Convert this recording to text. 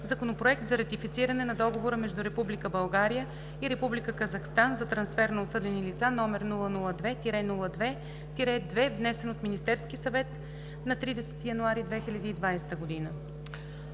Законопроект за ратифициране на Договора между Република България и Република Казахстан за трансфер на осъдени лица, № 002-02-2, внесен от Министерския съвет на 30 януари 2020 г.“